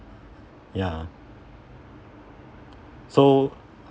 ya so